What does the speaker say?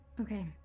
okay